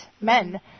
men